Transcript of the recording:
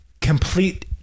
complete